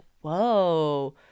whoa